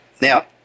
now